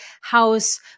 house